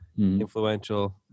influential